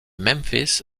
memphis